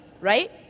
right